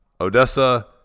odessa